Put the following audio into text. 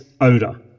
odor